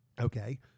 Okay